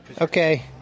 Okay